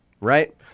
right